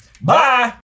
Bye